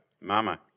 Mama